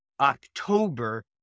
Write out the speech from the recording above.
October